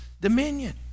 dominion